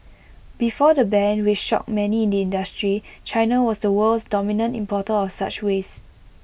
before the ban which shocked many in the industry China was the world's dominant importer of such waste